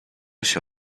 się